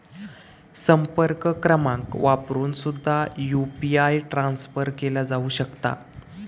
संपर्क क्रमांक वापरून सुद्धा यू.पी.आय ट्रान्सफर केला जाऊ शकता